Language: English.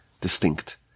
distinct